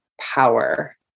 power